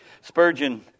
Spurgeon